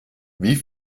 wie